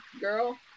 girl